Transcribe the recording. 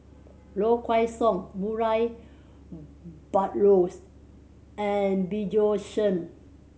Low Kway Song Murray Buttrose and Bjorn Shen